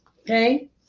Okay